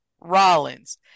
Rollins